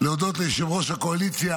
להודות ליושב-ראש הקואליציה,